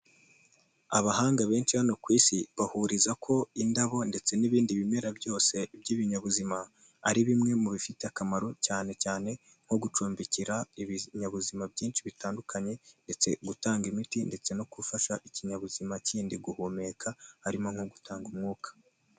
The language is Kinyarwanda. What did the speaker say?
Abahanga benshi hano ku isi bahuriza ko indabo ndetse n'ibindi bimera byose by'ibinyabuzima ari bimwe mu bifite akamaro cyane cyane nko gucumbikira ibinyabuzima byinshi bitandukanye, ndetse gutanga imiti ndetse no gufasha ikinyabuzima kindi guhumeka, harimo nko gutanga umwuka.